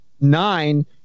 nine